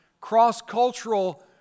cross-cultural